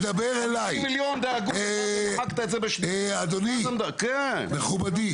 חצי מיליון --- אדוני, מכובדי.